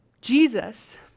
Jesus